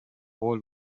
whole